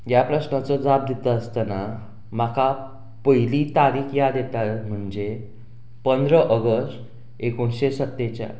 ह्या प्रश्नाचो जाप दितासतना म्हाका पयली तारीक याद येता म्हणजे पंदरा ऑगस्ट एकोणशें सत्तेचाळ